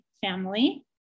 family